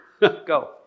Go